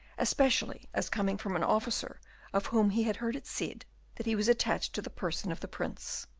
especially as coming from an officer of whom he had heard it said that he was attached to the person of the prince.